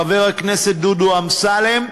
חבר הכנסת דודו אמסלם,